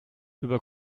über